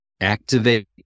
activate